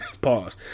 Pause